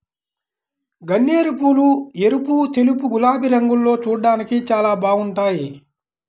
గన్నేరుపూలు ఎరుపు, తెలుపు, గులాబీ రంగుల్లో చూడ్డానికి చాలా బాగుంటాయ్